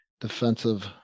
defensive